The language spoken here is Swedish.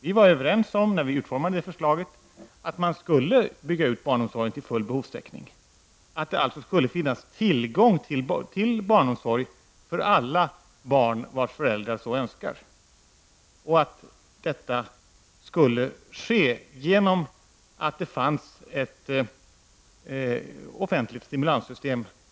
Vi var när vi utformade det förslaget överens om att man skulle bygga ut barnomsorgen till full behovstäckning, att det alltså skulle finnas tillgång till barnomsorg för alla barn vars föräldrar så önskar och att detta skulle åstadkommas med hjälp av ett offentligt stimulanssystem.